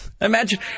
Imagine